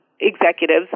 executives